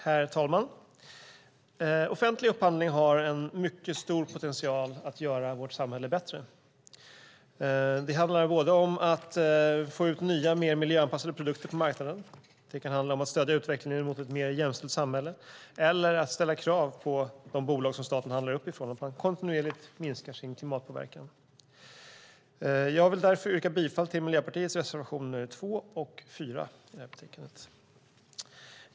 Herr talman! Offentlig upphandling har en mycket stor potential att göra vårt samhälle bättre. Det handlar om att få ut nya och mer miljöanpassade produkter på marknaden. Det kan handla om att stödja utvecklingen mot ett mer jämställt samhälle eller att ställa krav på att de bolag som staten handlar upp från kontinuerligt ska minska sin klimatpåverkan. Jag vill därför yrka bifall till Miljöpartiets reservationer 2 och 4 i det här betänkandet.